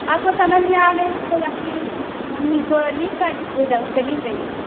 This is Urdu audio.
آپ کو سمجھ میں آ گئی تو یا پھر ہم اس کو لکھ کر دے دیں اس پہ لکھ دیں گے